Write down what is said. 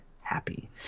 happy